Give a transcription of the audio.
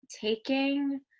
taking